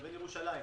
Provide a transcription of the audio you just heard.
לבין ירושלים.